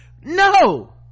no